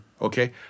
Okay